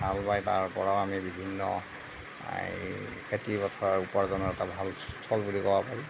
হাল বাই তাৰপৰাও আমি বিভিন্ন এই খেতি পথাৰ উপাৰ্জনৰ এটা ভাল থল বুলি ক'ব পাৰোঁ